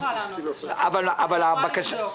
אני לא יכולה לענות עכשיו, אני יכולה לבדוק.